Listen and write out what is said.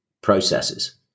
processes